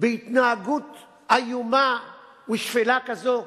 בהתנהגות איומה ושפלה כזאת?